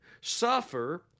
suffer